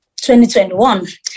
2021